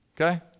Okay